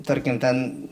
tarkim ten